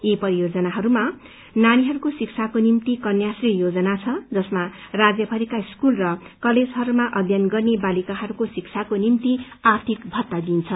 यी परियोजनाहरूमा नानीहरूको शिक्षाको निम्ति कन्याश्री योजना छ जसमा राज्यभरिका स्कूल र कलेजहरूमा अध्ययन गर्ने बालिकाहरूको शिक्षाको निम्ति आर्थिक भत्ता दिइन्छ